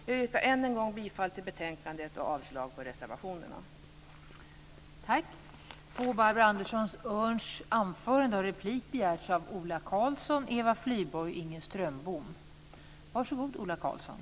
Jag yrkar än en gång bifall till hemställan i betänkandet och avslag på reservationerna.